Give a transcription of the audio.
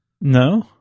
No